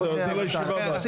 בסדר, אז זה לישיבה הבאה.